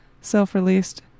Self-released